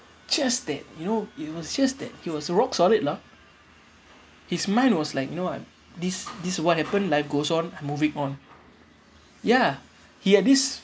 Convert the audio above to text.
just that you know it was just that he was rock solid lah he's mind was like you know what this this is what happened life goes on moving on ya he had this